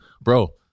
Bro